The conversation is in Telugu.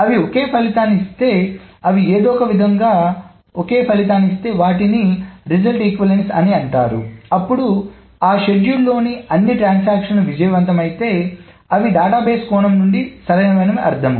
అవి ఒకే ఫలితాన్ని ఇస్తే అవి ఏదో ఒకవిధంగా ఒకే ఫలితాన్ని ఇస్తే వాటిని ఫలిత సమానత్వం అని అంటారు అప్పుడు ఆ షెడ్యూల్లోని అన్ని ట్రాన్సాక్షన్లు విజయవంతమైతే అవి డేటాబేస్ కోణం నుండి సరైనవని అర్థం